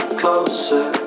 closer